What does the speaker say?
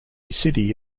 city